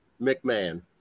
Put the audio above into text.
McMahon